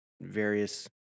various